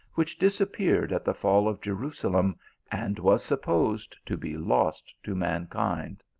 which disappeared at the fall of jeru salem and was supposed to be lost to mankind.